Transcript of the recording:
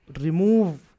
remove